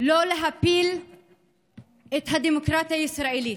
לא להפיל את הדמוקרטיה הישראלית.